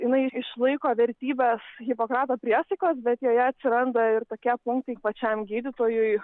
jinai išlaiko vertybes hipokrato priesaikos bet joje atsiranda ir tokie punktai pačiam gydytojui